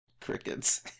Crickets